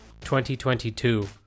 2022